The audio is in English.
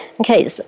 Okay